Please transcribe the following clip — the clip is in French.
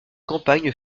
campagne